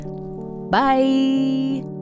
Bye